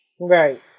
Right